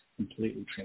completely